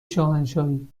شاهنشاهی